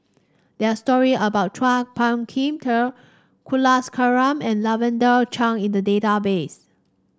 there are story about Chua Phung Kim Kulasekaram and Lavender Chang in the database